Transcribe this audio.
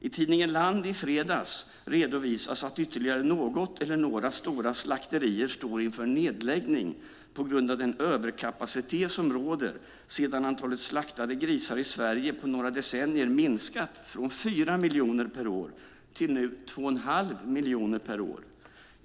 I tidningen Land i fredags redovisas att ytterligare något eller några stora slakterier står inför nedläggning på grund av den överkapacitet som råder sedan antalet slaktade grisar i Sverige på några decennier minskat från 4 miljoner per år till nu 2,5 miljoner per år.